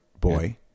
boy